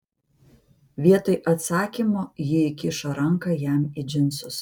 vietoj atsakymo ji įkišo ranką jam į džinsus